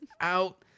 out